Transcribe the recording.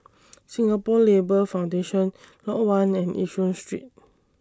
Singapore Labour Foundation Lot one and Yishun Street